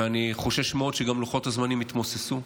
ואני חושש מאוד שלוחות הזמנים יתמוססו.